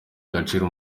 agaciro